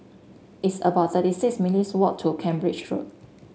it's about thirty six minutes' walk to Cambridge Road